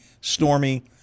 stormy